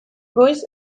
goiz